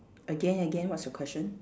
again again what's your question